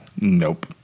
Nope